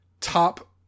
top